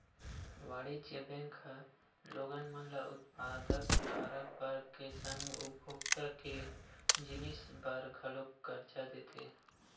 वाणिज्य बेंक ह लोगन मन ल उत्पादक करज बर के संग उपभोक्ता के जिनिस बर घलोक करजा देथे